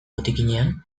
botikinean